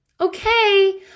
Okay